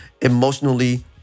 emotionally